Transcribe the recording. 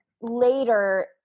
later